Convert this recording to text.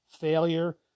failure